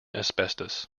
asbestos